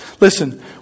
Listen